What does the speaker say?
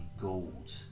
gold